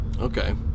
Okay